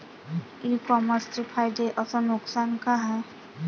इ कामर्सचे फायदे अस नुकसान का हाये